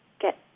get